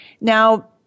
Now